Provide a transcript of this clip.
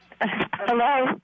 Hello